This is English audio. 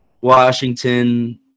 Washington